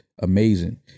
Amazing